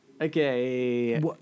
Okay